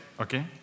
okay